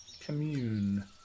Commune